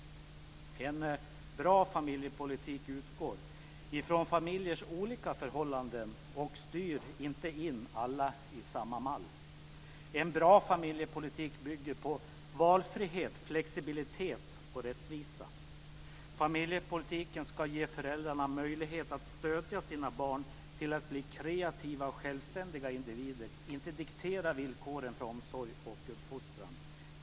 En bra familjepolitik utgår från familjers olika förhållanden och styr inte in alla i samma mall. En bra familjepolitik bygger på valfrihet, flexibilitet och rättvisa. Familjepolitiken ska ge föräldrarna möjlighet att stödja sina barn till att bli kreativa och självständiga individer, inte diktera villkoren för omsorg och uppfostran.